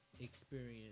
Experience